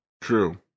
True